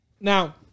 Now